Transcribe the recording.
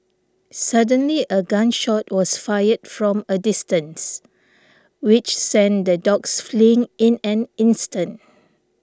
suddenly a gun shot was fired from a distance which sent the dogs fleeing in an instant